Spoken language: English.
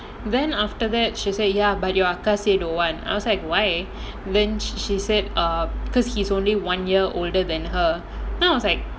then after that she say but your akka say don't want then I was like why then she say because he's only one year older than her